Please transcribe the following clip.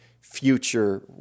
future